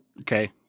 Okay